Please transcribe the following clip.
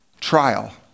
trial